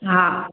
हा